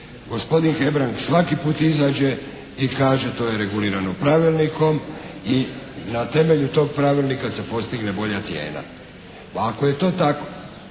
Gospodin Hebrang svaki put izađe i kaže to je regulirano pravilnikom i na temelju tog pravilnika se postigne bolja cijena. Pa ako je to tako